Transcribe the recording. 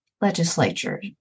legislature